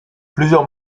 plusieurs